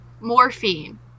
morphine